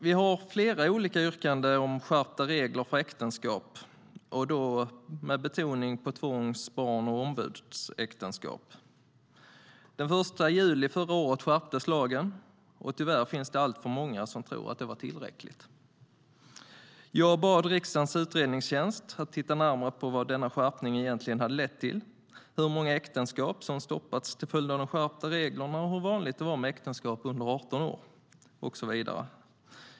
Vi har flera olika yrkanden om skärpta regler för äktenskap, med betoning på tvångs, barn och ombudsäktenskap. Den 1 juli förra året skärptes lagen. Tyvärr finns det alltför många som tror att det var tillräckligt. Jag bad riksdagens utredningstjänst att titta närmare på vad denna skärpning egentligen hade lett till, till exempel hur många äktenskap som stoppats till följd av de skärpta reglerna och hur vanligt det var med äktenskap under 18 år.